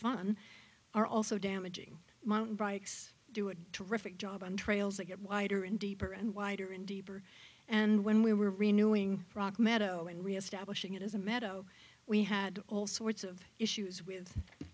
fun are also damaging mountain bikes doing terrific job on trails that get wider and deeper and wider and deeper and when we were renewing rock meadow and reestablishing it as a meadow we had all sorts of issues